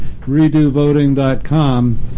redovoting.com